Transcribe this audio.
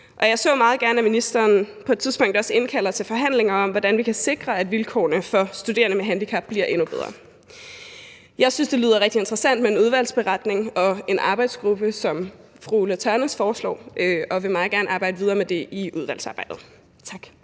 Og jeg så meget gerne, at ministeren på et tidspunkt også indkalder til forhandlinger om, hvordan vi kan sikre, at vilkårene for studerende med handicap bliver endnu bedre. Jeg synes, at det lyder rigtig interessant med en udvalgsberetning og en arbejdsgruppe, som fru Ulla Tørnæs foreslog, og jeg vil meget gerne arbejde videre med det i udvalgsarbejdet. Tak.